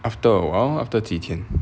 after a while after 几天